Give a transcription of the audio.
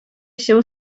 się